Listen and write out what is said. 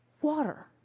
water